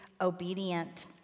obedient